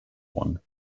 one